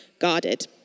guarded